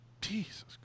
Jesus